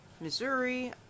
Missouri